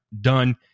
done